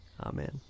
Amen